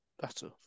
better